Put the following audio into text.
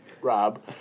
Rob